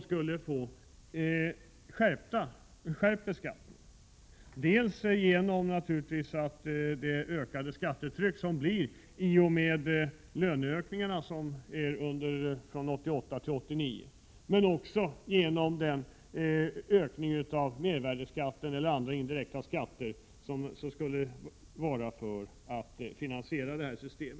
skulle det innebära en skärpning av beskattningen, dels naturligtvis genom det ökade skattetrycket med anledning av löneökningarna för 1988-1989, dels genom den ökning av mervärdeskatten och andra indirekta skatter som sker för att finansiera detta system.